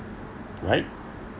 right